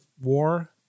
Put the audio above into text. War